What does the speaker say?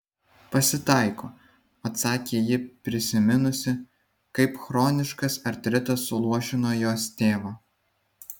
pasitaiko atsakė ji prisiminusi kaip chroniškas artritas suluošino jos tėvą